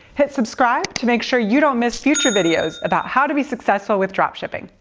hit subscribe to make sure you don't miss future videos about how to be successful with dropshipping.